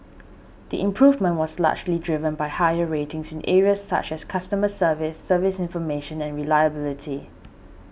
the improvement was largely driven by higher ratings in areas such as customer service service information and reliability